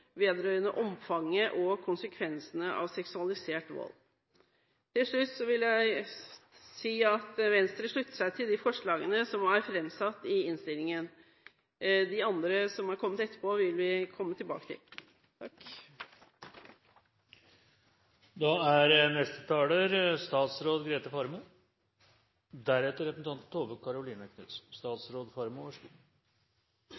vedrørende omfanget og konsekvensene av seksualisert vold. Til slutt vil jeg si at Venstre slutter seg til de forslagene som er framsatt i innstillingen. De andre som er kommet etterpå, vil vi komme tilbake til. Dette er